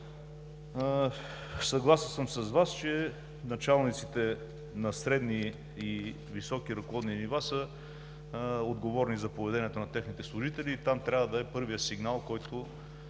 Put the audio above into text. Съгласен съм с Вас, че началниците на средни и високи ръководни нива са отговорни за поведението на техните служители и там трябва да е първият сигнал, който